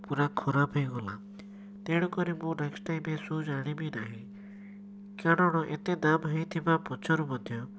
ପୁରା ଖରାପ ହେଇଗଲା ତେଣୁକରି ମୁଁ ନେକ୍ସଟ୍ ଟାଇମ୍ ଏ ସୁଜ୍ ଆଣିବି ନାହିଁ କାରଣ ଏତେ ଦାମ୍ ହେଇଥିବା ପଛରୁ ମଧ୍ୟ